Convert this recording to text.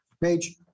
Page